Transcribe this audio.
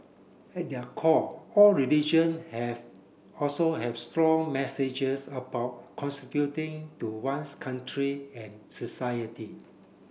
at their core all religion have also have strong messages about contributing to one's country and society